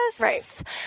right